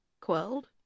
quelled